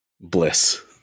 bliss